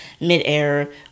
mid-air